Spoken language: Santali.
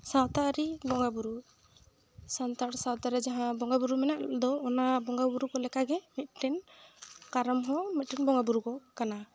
ᱥᱟᱶᱛᱟ ᱟᱹᱨᱤ ᱵᱚᱸᱜᱟᱼᱵᱩᱨᱩ ᱥᱟᱱᱛᱟᱲ ᱥᱟᱶᱛᱟ ᱨᱮ ᱡᱟᱦᱟᱸ ᱵᱚᱸᱜᱟᱼᱵᱩᱨᱩ ᱢᱮᱱᱟᱜ ᱫᱚ ᱚᱱᱟ ᱵᱚᱸᱜᱟᱼᱵᱩᱨᱩ ᱠᱚ ᱞᱮᱠᱟᱜᱮ ᱢᱤᱫᱴᱮᱱ ᱠᱟᱨᱟᱢ ᱦᱚᱸ ᱢᱤᱫᱴᱮᱱ ᱵᱚᱸᱜᱟᱼᱵᱩᱨᱩ ᱠᱚ ᱠᱟᱱᱟ